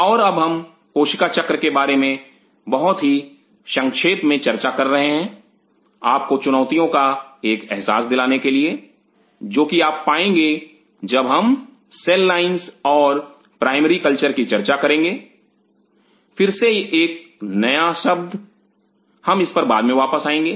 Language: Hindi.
और अब हम कोशिका चक्र के बारे में बहुत ही संक्षेप में चर्चा कर रहे हैं आपको चुनौतियों का एक एहसास दिलाने के लिए जो कि आप पाएंगे जब हम सेल लाइंस और प्राइमरी कल्चर की चर्चा करेंगे फिर से यह एक और नया शब्द है हम इस पर बाद में वापस आएंगे